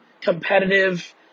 competitive